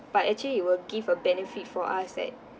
but actually it will give a benefit for us that